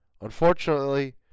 unfortunately